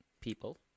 people